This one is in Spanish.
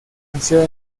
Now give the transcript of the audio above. nació